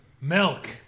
milk